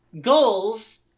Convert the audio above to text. goals